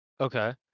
Okay